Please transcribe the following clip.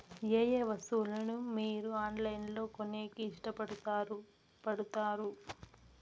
ఏయే వస్తువులను మీరు ఆన్లైన్ లో కొనేకి ఇష్టపడుతారు పడుతారు?